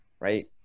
right